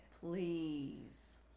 Please